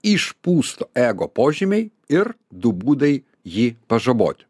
išpūsto ego požymiai ir du būdai jį pažaboti